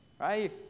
Right